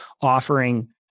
offering